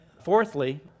fourthly